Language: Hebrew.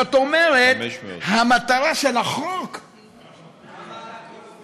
זאת אומרת, המטרה של החוק, כמה עלה כל עובד?